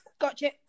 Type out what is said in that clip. gotcha